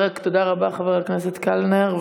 תודה רבה, חבר הכנסת קלנר.